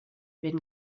been